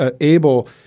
able